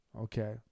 Okay